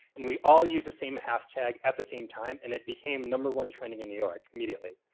and we all used the same hashtag at the same time and it became number one trending in new york immediately.